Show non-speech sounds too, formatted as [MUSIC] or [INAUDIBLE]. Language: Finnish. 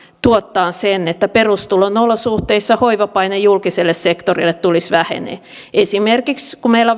tuottamaan sen että perustulon olosuhteissa hoivapaine julkiselle sektorille tulisi vähenemään esimerkiksi kun meillä [UNINTELLIGIBLE]